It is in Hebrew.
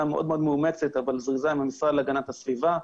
מאוד מאוד מאומצת אבל זריזה עם המשרד להגנת הסביבה,